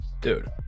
Dude